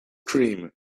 cream